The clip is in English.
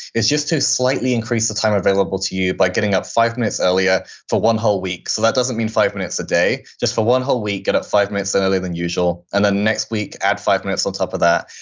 is just to slightly increase the time available to you by getting up five minutes earlier for one whole week. so that doesn't mean five minutes a day, day, just for one whole week, get up five minutes earlier than usual. and then next week, add five minutes on top of that.